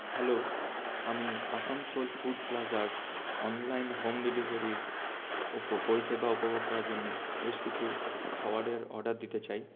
hello আমি Asansol food প্লাজার online home ডেলিভারির উপর পরিষেবা উপভোগ করার জন্য বেশ কিছু খাবারের অর্ডার দিতে চাই